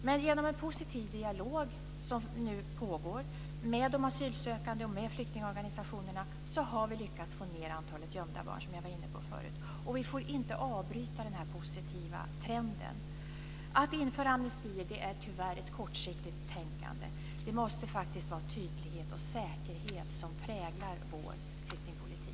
Men genom en positiv dialog, som nu pågår med de asylsökande och med flyktingorganisationerna, har vi lyckats få ned antalet gömda barn, som jag var inne på förut. Vi får inte avbryta den här positiva trenden. Att införa amnesti är tyvärr ett kortsiktigt tänkande. Det måste faktiskt vara tydlighet och säkerhet som präglar vår flyktingpolitik.